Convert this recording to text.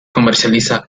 comercializa